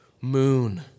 moon